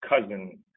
cousin